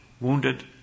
wounded